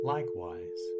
Likewise